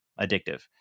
Addictive